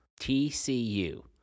TCU